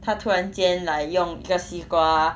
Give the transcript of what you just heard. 他突然间 like 用一个西瓜